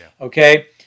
Okay